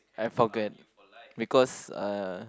I forget because uh